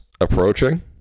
approaching